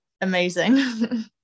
amazing